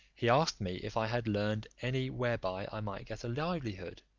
he asked me, if i had learned any whereby i might get a livelihood,